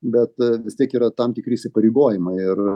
bet vis tiek yra tam tikri įsipareigojimai ir